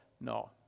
no